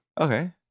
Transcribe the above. Okay